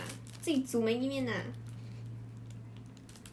then after that